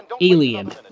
Alien